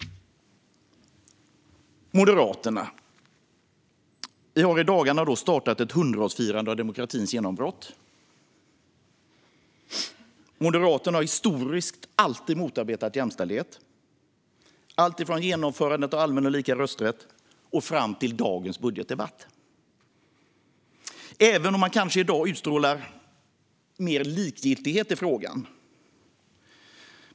Moderaterna! Vi har i dagarna startat ett 100-årsfirande av demokratins genombrott. Moderaterna har historiskt alltid motarbetat jämställdhet, alltifrån genomförandet av allmän och lika rösträtt fram till dagens budgetdebatt, även om man kanske i dag utstrålar mer likgiltighet i frågan.